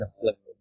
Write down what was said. afflicted